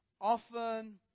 often